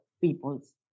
people's